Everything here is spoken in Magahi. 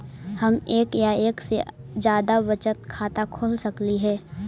हम एक या एक से जादा बचत खाता खोल सकली हे?